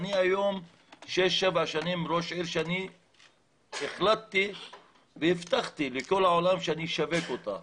אני שש-שבע שנים ראש עיר והחלטתי והבטחתי לכל העולם שאני אשווק אותה.